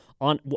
on